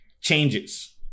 changes